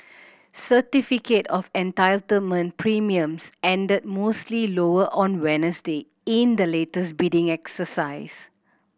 certificate of Entitlement premiums ended mostly lower on Wednesday in the latest bidding exercise